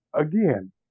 again